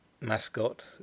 mascot